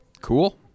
Cool